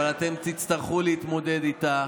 אבל אתם תצטרכו להתמודד איתה.